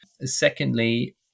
Secondly